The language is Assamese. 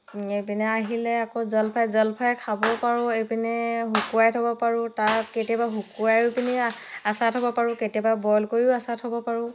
এইপিনে আহিলে আকৌ জলফাই জলফাই খাবও পাৰোঁ এইপিনে শুকুৱাই থ'ব পাৰোঁ তাৰ কেতিয়াবা শুকুৱাইও পিনিও আচাৰ থ'ব পাৰোঁ কেতিয়াবা বইল কৰিও আচাৰ থ'ব পাৰোঁ